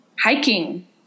hiking